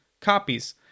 copies